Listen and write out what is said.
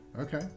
Okay